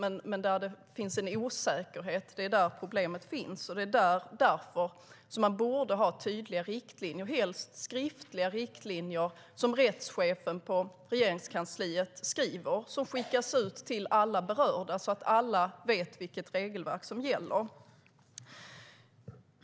Det är där det finns en osäkerhet problemet finns, och det är därför man borde ha tydliga riktlinjer - helst skriftliga riktlinjer som rättschefen på Regeringskansliet skriver och som skickas ut till alla berörda, så att alla vet vilket regelverk som gäller.